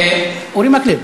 אורי מקלב,